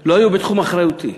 לא היו בתחום אחריותי.